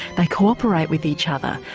they co-operate with each other,